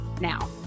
now